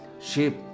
shape